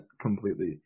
completely